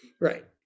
Right